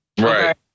Right